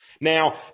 Now